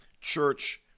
Church